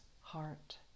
heart